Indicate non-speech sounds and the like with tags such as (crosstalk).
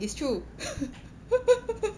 it's true (laughs)